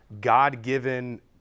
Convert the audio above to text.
God-given